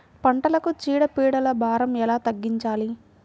పంటలకు చీడ పీడల భారం ఎలా తగ్గించాలి?